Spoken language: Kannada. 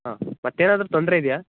ಹಾಂ ಮತ್ತೇನಾದರೂ ತೊಂದರೆ ಇದೆಯಾ